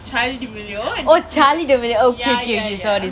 charlie d'amelio christian